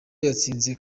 yatsinze